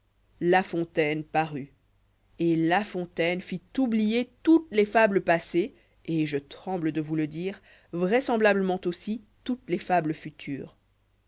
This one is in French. la fontaine parut et la fontaine fit oublier toutes les fables passées et je tremble de vous le dire vraisemblablement aussi toutes les fables futures